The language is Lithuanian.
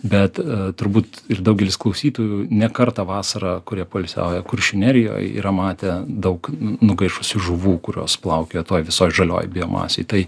bet turbūt ir daugelis klausytojų ne kartą vasarą kurie poilsiauja kuršių nerijoj yra matę daug nugaišusių žuvų kurios plaukioja toj visoj žalioj biomasėj tai